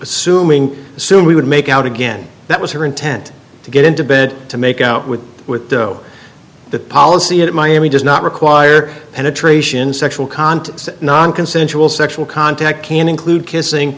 assuming soon we would make out again that was her intent to get into bed to make out with with though that policy at miami does not require penetration sexual contact nonconsensual sexual contact can include kissing